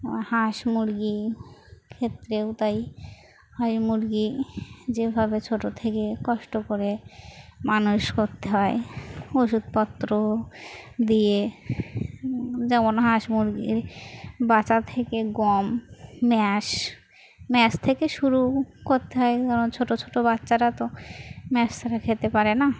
হাঁস মুরগি ক্ষেত্রে উতাই হয় মুরগি যেভাবে ছোটো থেকে কষ্ট করে মানুষ করতে হয় ওষুধপত্র দিয়ে যেমন হাঁস মুরগির বাচ্চা থেকে গম ম্যাজ ম্যাজ থেকে শুরু করতে হয় কারণ ছোটো ছোটো বাচ্চারা তো ম্যাজ তারা খেতে পারে না